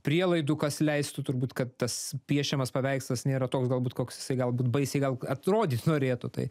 prielaidų kas leistų turbūt kad tas piešiamas paveikslas nėra toks galbūt koks jisai galbūt baisiai gal atrodys norėtų tai